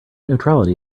neutrality